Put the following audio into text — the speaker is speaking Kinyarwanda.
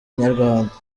inyarwanda